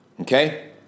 Okay